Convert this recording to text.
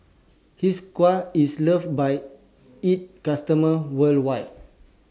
Hiruscar IS loved By its customers worldwide